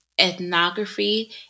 ethnography